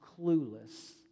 clueless